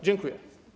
Dziękuję.